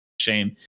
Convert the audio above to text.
shame